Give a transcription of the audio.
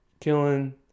killing